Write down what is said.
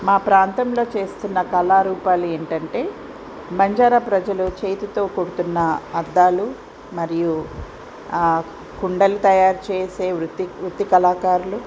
మా ప్రాంతంలో చేస్తున్న కళారూపాలు ఏంటంటే బంజారా ప్రజలు చేతితో కుడుతున్న అద్దాలు మరియు ఆ కుండలు తయారు చేసే వృత్తి వృత్తి కళాకారులు